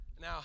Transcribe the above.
Now